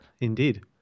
Indeed